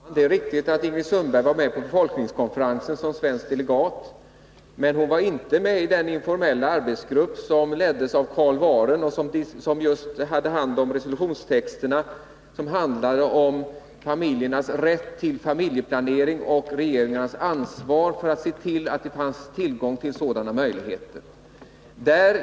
Herr talman! Det är riktigt att Ingrid Sundberg var med på befolkningskonferensen som svensk delegat, men hon var inte med i den informella arbetsgrupp som leddes av Carl Wahren och som just hade hand om resolutionstexterna, som handlade om familjernas rätt till familjeplanering och regeringarnas ansvar för att se till att det fanns tillgång till medel för familjeplanering.